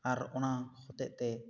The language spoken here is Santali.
ᱟᱨ ᱚᱱᱟ ᱦᱚᱛᱮᱛᱮ